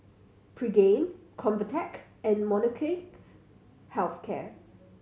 Pregain Convatec and Molnylcke Health Care